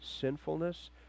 sinfulness